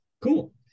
cool